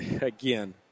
again